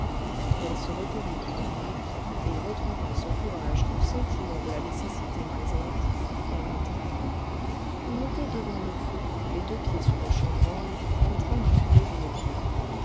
elle se recueillit une minute et retrempant son courage au sentiment de la nécessité présente elle entra il était devant le feu les deux pieds sur le chambranle en train de fumer une pipe